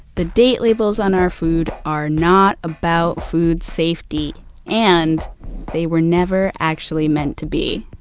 the date labels on our food are not about food safety and they were never actually meant to be